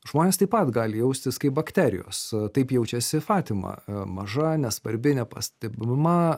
žmonės taip pat gali jaustis kaip bakterijos taip jaučiasi fatima maža nesvarbi nepastebima